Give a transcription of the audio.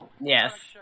Yes